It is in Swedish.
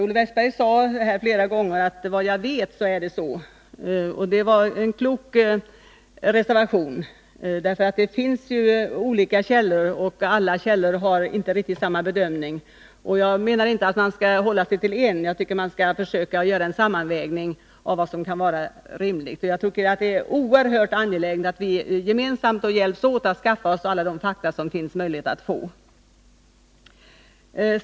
Olle Wästberg använde flera gånger uttryck innebärande att det enligt vad han vet förhåller sig på ett visst sätt, och det var kloka reservationer, eftersom det finns olika källor och eftersom inte alla gör samma bedömningar. Jag menar att man inte skall hålla sig till en källa utan skall försöka göra en sammanvägning av vad som kan vara rimligt. Det är oerhört angeläget att vi hjälps åt med att skaffa alla de fakta som det är möjligt att få.